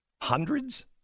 Hundreds